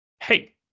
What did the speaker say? hey